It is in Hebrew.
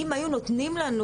אם היו נותנים לנו,